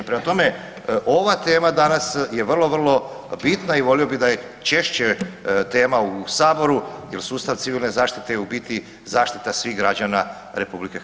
Prema tome, ova tema danas je vrlo, vrlo bitna i volio bi je da je češće tema u Saboru jer sustav civilne zaštite je u biti zaštita svih građana RH.